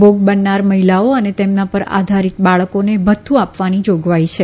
ભોગ બનનાર મહિલાઓ અને તેમના પર આધારીત બાળકોને ભથ્થુ આપવાની જાગવાઈ છે